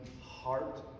heart